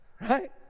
Right